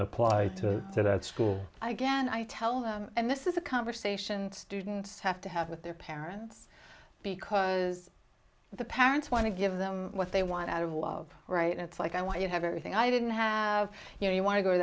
apply to that school again i tell them and this is a conversation students have to have with their parents because the parents want to give them what they want out of love right it's like i want you have everything i didn't have you know you want to go to